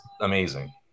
amazing